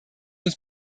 muss